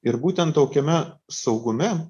ir būtent tokiame saugume